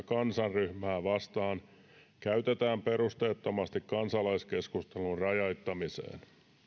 kansanryhmää vastaan käytetään perusteettomasti kansalaiskeskustelun rajoittamiseen